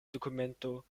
dokumento